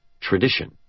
tradition